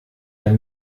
der